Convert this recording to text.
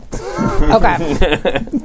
Okay